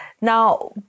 Now